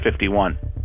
51